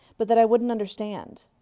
but that i wouldn't understand.